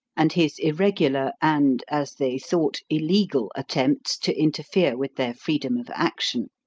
and his irregular and, as they thought, illegal attempts to interfere with their freedom of action.